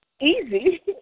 easy